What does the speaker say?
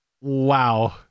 Wow